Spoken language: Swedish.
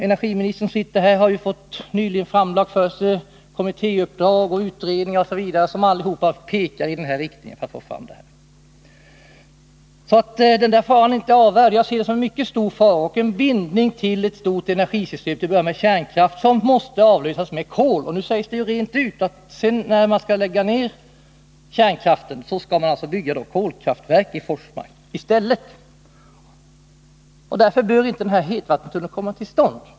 Energiministern, som sitter här, har ju nyligen fått resultaten av kommittéuppdrag och utredningar som alla pekar i den riktningen. Faran, som jag anser är mycket stor, är alltså inte avvärjd. Det blir en bindning till ett stort energisystem. Det börjar med kärnkraft, men sedan måste det bli kol. Nu sägs det också rent ut, att när kärnkraftverken läggs ned, skall det i Forsmark byggas kolkraftverk i stället. Därför bör inte den här hetvattenledningen komma till stånd.